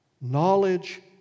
knowledge